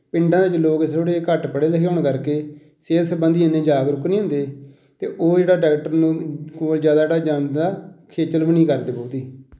ਪਿੰਡਾਂ ਵਿੱਚ ਲੋਕ ਥੋੜ੍ਹੇ ਜਿਹੇ ਘੱਟ ਪੜ੍ਹੇ ਲਿਖੇ ਹੋਣ ਕਰਕੇ ਸਿਹਤ ਸੰਬੰਧੀ ਇੰਨੇ ਜਾਗਰੂਕ ਨਹੀਂ ਹੁੰਦੇ ਅਤੇ ਉਹ ਜਿਹੜਾ ਡਾਕਟਰ ਨੂੰ ਕੋਲ ਜ਼ਿਆਦਾ ਜਿਹੜਾ ਜਾਂਦਾ ਖੇਚਲ ਵੀ ਨਹੀਂ ਕਰਦੇ ਬਹੁਤੀ